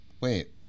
Wait